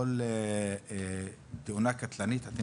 בכל תאונה קטלנית שיש בה הרוגים בתאונות עבודה,